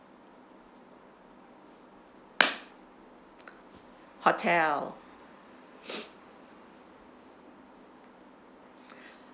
hotel